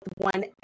one